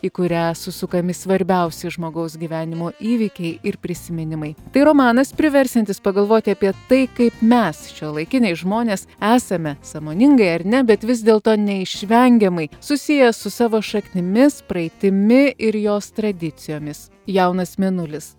į kurią susukami svarbiausi žmogaus gyvenimo įvykiai ir prisiminimai tai romanas priversiantis pagalvoti apie tai kaip mes šiuolaikiniai žmonės esame sąmoningai ar ne bet vis dėlto neišvengiamai susiję su savo šaknimis praeitimi ir jos tradicijomis jaunas mėnulis